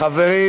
לחזן.